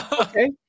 Okay